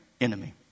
enemy